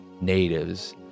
natives